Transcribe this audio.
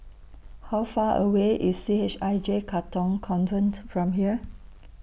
How Far away IS C H I J Katong Convent from here